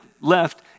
left